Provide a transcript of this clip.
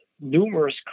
numerous